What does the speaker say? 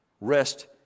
rest